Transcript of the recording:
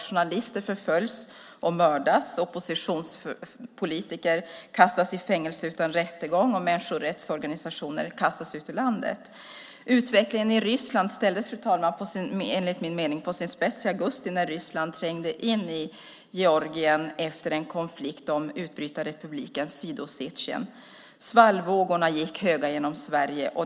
Journalister förföljs och mördas. Oppositionspolitiker kastas i fängelse utan rättegång, och människorättsorganisationer kastas ut ur landet. Utvecklingen i Ryssland ställdes, fru talman, enligt min mening på sin spets i augusti när Ryssland trängde in i Georgien efter en konflikt om utbrytarrepubliken Sydossetien. Svallvågorna gick höga genom Sverige.